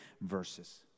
verses